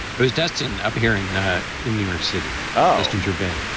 it was destine up here in in new york city oh, ginger bay,